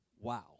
Wow